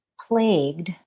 plagued